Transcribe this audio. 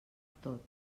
tot